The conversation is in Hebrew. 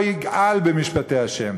לא יגעל במשפטי ה',